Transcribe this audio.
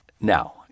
Now